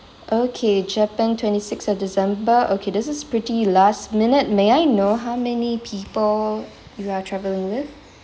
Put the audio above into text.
okay japan twenty six of december okay this is pretty last minute may I know how many people you are travelling with